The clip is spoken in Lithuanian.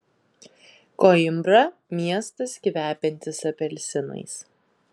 koimbra miestas kvepiantis apelsinais